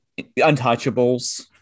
Untouchables